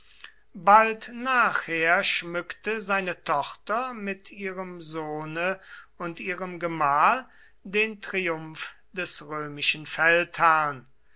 bald nachher schmückte seine tochter mit ihrem sohne und ihrem gemahl den triumph des römischen feldherrn